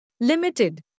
Limited